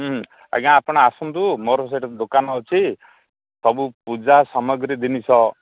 ହଁ ଆଜ୍ଞା ଆପଣ ଆସନ୍ତୁ ମୋର ସେଇଠି ଦୋକାନ ଅଛି ସବୁ ପୂଜା ସାମଗ୍ରୀ ଜିନିଷ